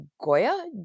goya